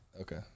Okay